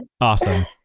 Awesome